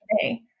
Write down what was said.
today